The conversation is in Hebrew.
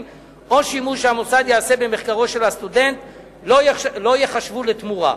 או שימוש שהמוסד יעשה במחקרו של הסטודנט לא ייחשבו לתמורה.